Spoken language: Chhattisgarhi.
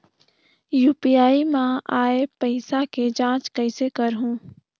यू.पी.आई मा आय पइसा के जांच कइसे करहूं?